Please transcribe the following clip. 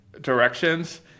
directions